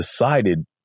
decided